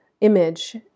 image